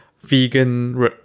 vegan